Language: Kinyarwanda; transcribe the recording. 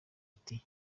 ati